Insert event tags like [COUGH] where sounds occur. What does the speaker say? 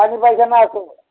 [UNINTELLIGIBLE] পাইখানা আছে